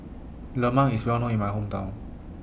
Lemang IS Well known in My Hometown